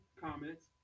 comments